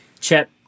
Chet